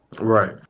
Right